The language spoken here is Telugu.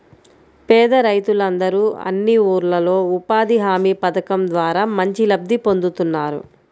పేద రైతులందరూ అన్ని ఊర్లల్లో ఉపాధి హామీ పథకం ద్వారా మంచి లబ్ధి పొందుతున్నారు